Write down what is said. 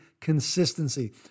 consistency